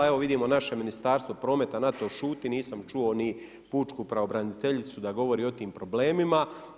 Evo vidimo naše Ministarstvo prometa na to šuti, nisam čuo ni pučku pravobraniteljicu da govori o tim problemima.